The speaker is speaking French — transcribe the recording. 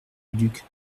duc